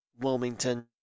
Wilmington